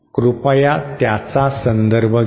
कृपया त्याचा संदर्भ घ्या